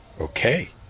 okay